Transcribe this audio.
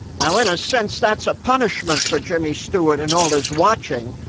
now in a sense that's a punishment for jimmy stewart and all this watching,